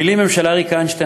המילים הן של אריק איינשטיין,